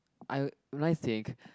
I when I think